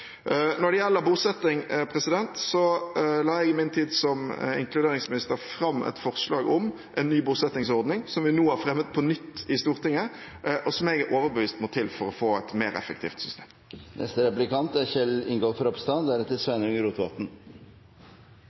Når det gjelder bosetting, la jeg i min tid som inkluderingsminister fram et forslag om en ny bosettingsordning, som vi nå har fremmet på nytt i Stortinget, og som jeg er overbevist om må til for å få et mer effektivt system. Først takk for et godt innlegg fra representanten Lysbakken. Jeg synes han er